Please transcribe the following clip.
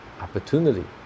opportunity